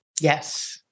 yes